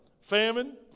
famine